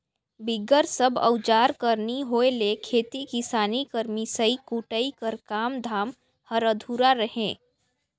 बिगर सब अउजार कर नी होए ले खेती किसानी कर मिसई कुटई कर काम धाम हर अधुरा रहें